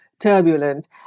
turbulent